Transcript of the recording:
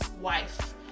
wife